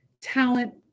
talent